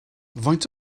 faint